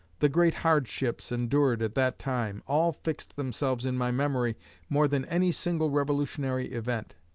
the great hardships endured at that time, all fixed themselves in my memory more than any single revolutionary event